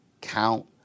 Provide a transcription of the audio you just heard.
count